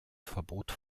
verbot